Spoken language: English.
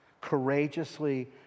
Courageously